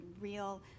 real